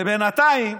ובינתיים